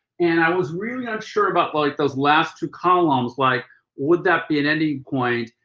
and i was really unsure about like those last two columns, like would that be an ending point.